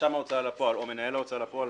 רשם ההוצאה לפועל או מנהל ההוצאה לפועל,